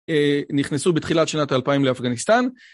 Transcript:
נכנסו בתחילת שנת האלפיים לאפגניסטן.